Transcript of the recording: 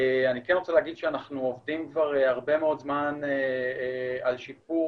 אני כן רוצה להגיד שאנחנו עובדים כבר הרבה מאוד זמן על שיפור